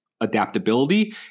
adaptability